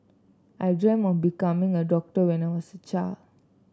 I dreamt of becoming a doctor when I was a child